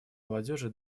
молодежи